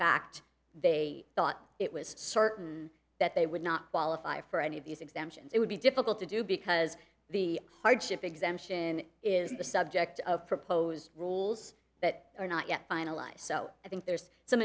fact they thought it was certain that they would not qualify for any of these exemptions it would be difficult to do because the hardship exemption is the subject of proposed rules that are not yet finalized so i think there's some